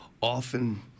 often